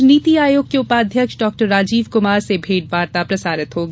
आज नीति आयोग के उपाध्यक्ष डाक्टर राजीव कुमार से भेंट वार्ता प्रसारित होगी